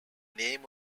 name